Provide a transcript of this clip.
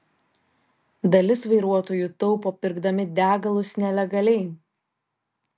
dalis vairuotojų taupo pirkdami degalus nelegaliai